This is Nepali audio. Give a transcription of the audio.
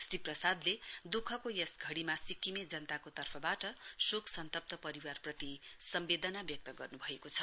श्री प्रसाद्ले दुखको यस घडीमा सिक्किमे जनताको तर्फबाट शोक सन्तप्त परिवारप्रति सम्वेदना व्यक्त गर्नुभएको छ